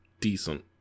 decent